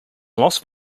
las